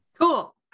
cool